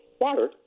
Water